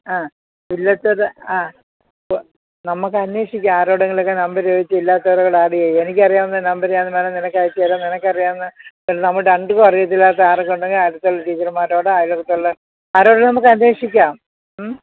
ആ ഇല്ലാത്തത് ആ നമുക്ക് അന്വേഷിക്കാം ആരോടെങ്കിലൊക്കെ നമ്പര് ചോദിച്ച് ഇല്ലാത്തവരുടെ ഒക്കെ ആഡ് ചെയ്യാം എനിക്ക് അറിയാവുന്ന നമ്പര് ഞാൻ പാടെ നിനക്ക് അയച്ചുതരാം നിനക്ക് അറിയാവുന്ന നമ്മൾ രണ്ടും അറിയത്തില്ലാത്ത ആരൊക്കെ ഉണ്ടെങ്കിൽ അടുത്തുള്ള ടീച്ചർമാരോടോ അയല്പക്കത്തുള്ള ആരോടെങ്കിലും നമുക്ക് അന്വേഷിക്കാം മ്